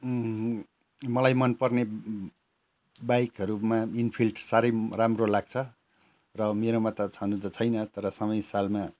मलाई मनपर्ने बाइकहरूमा इन्फिल्ड साह्रै राम्रो लाग्छ र मेरोमा त छन त छैन तर समय सालमा